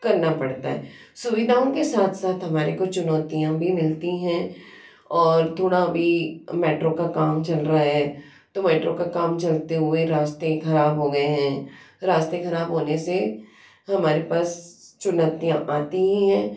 करना पड़ता है सुविधाओं के साथ साथ हमारे को चुनौतियाँ भी मिलती हैं और थोड़ा भी मेट्रो का काम चल रहा है तो मेट्रो का काम चलते हुए रास्ते खराब हो गए हैं रास्ते खराब होने से हमारे पास चुनोतियाँ आती हीं हैं